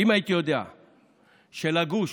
שלגוש,